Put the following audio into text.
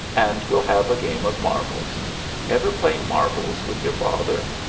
and we'll have a game of marbles ever play marbles with your father?